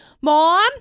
mom